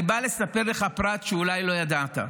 אני בא לספר לך פרט שאולי לא ידעת.